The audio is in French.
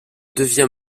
devient